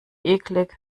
eklig